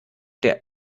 der